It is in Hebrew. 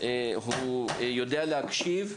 והוא יודע להקשיב,